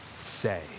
say